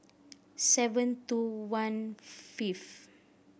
seven two one fifth